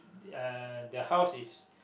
uh the house is